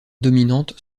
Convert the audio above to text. dominantes